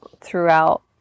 throughout